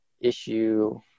issue